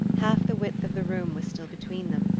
half the width of the room was still between them,